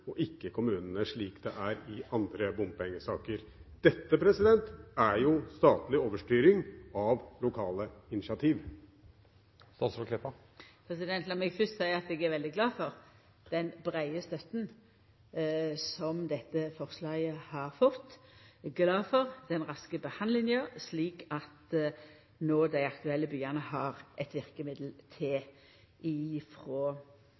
slik det er i andre bompengesaker? Dette er jo statlig overstyring av lokale initiativ. Lat meg fyrst seia at eg er veldig glad for den breie støtta som dette forslaget har fått, og eg er glad for den raske behandlinga. Når dei aktuelle byane no har eit verkemiddel til